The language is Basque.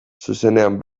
zuzenean